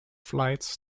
flights